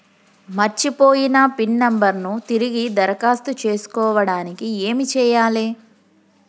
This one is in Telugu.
మర్చిపోయిన పిన్ నంబర్ ను తిరిగి దరఖాస్తు చేసుకోవడానికి ఏమి చేయాలే?